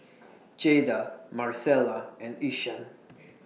Jaeda Maricela and Ishaan